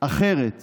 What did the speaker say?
אחרת